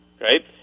right